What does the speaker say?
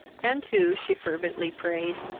and who, she fervently prayed,